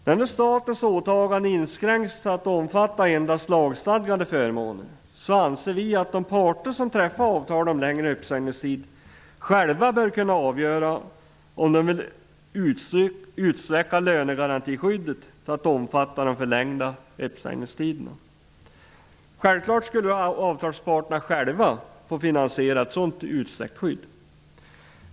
När nu statens åtagande inskränks till att omfatta endast lagstadgade förmåner, anser vi att de parter som träffar avtal om längre uppsägningstid själva bör kunna avgöra om de vill utsträcka lönegarantiskyddet till att omfatta den förlängda uppsägningstiden. Självklart skulle avtalsparterna själva få finansiera ett sådant utsträckt skydd.